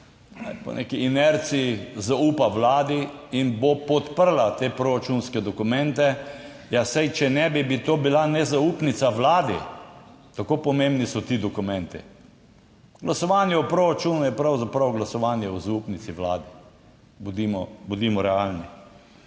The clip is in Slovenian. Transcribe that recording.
po neki inerciji zaupa vladi in bo podprla te proračunske dokumente, ja, saj, če ne bi, bi to bila nezaupnica vladi. Kako pomembni so ti dokumenti. Glasovanje o proračunu je pravzaprav glasovanje o zaupnici Vladi, bodimo bodimo